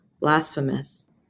blasphemous